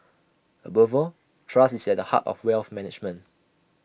above all trust is at the heart of wealth management